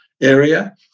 area